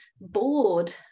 bored